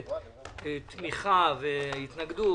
תמיכה והתנגדות.